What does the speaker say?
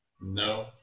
No